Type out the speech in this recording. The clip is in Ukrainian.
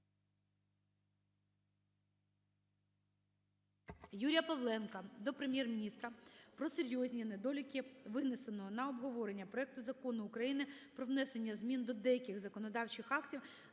Юрія Павленка до Прем'єр-міністра про серйозні недоліки винесеного на обговорення проекту Закону України "Про внесення змін до деяких законодавчих актів